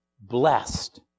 Blessed